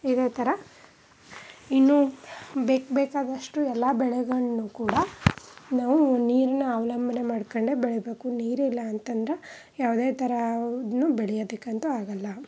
ಇದೇ ಥರ ಇನ್ನೂ ಬೇಕು ಬೇಕಾದಷ್ಟು ಎಲ್ಲ ಬೆಳೆಗಳ್ನೂ ಕೂಡ ನಾವು ನೀರಿನ ಅವಲಂಬನೆ ಮಾಡಿಕೊಂಡೇ ಬೆಳೀಬೇಕು ನೀರು ಇಲ್ಲ ಅಂತಂದರೆ ಯಾವುದೇ ಥರದನ್ನೂ ಬೆಳೆಯೋದಿಕ್ಕಂತೂ ಆಗಲ್ಲ